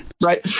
Right